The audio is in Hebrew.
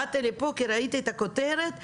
באתי לפה כי ראיתי את הכותרת עלויות.